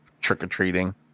trick-or-treating